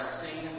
sing